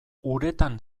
uretan